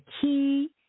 key